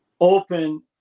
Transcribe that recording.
open